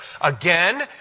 again